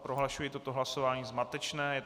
Prohlašuji toto hlasování za zmatečné.